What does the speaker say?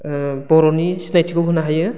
बर'नि सिनायथिखौ होनो हायो